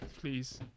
Please